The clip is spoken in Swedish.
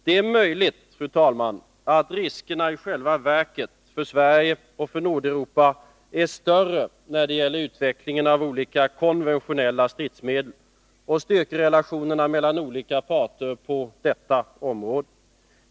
Det är möjligt, fru talman, att riskerna i själva verket är större för Sverige och för Nordeuropa när det gäller utvecklingen av olika konventionella stridsmedel, och styrkerelationerna mellan olika parter på detta område.